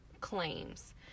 claims